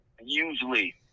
usually